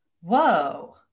Whoa